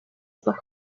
avuga